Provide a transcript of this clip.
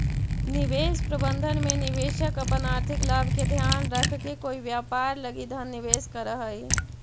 निवेश प्रबंधन में निवेशक अपन आर्थिक लाभ के ध्यान रखके कोई व्यापार लगी धन निवेश करऽ हइ